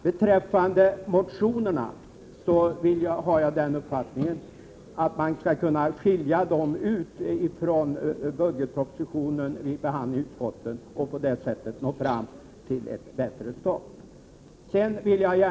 Beträffande motionerna har jag den uppfattningen att man skall kunna skilja ut dem från budgetpropositionen vid behandlingen i utskotten och på så sätt nå fram till ett bättre resultat.